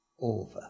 over